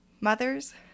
Mothers